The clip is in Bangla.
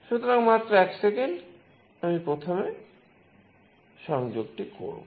সুতরাং মাত্র এক সেকেন্ড আমি প্রথমে সংযোগটি করব